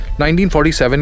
1947